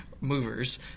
movers